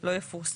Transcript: לא יפורסם.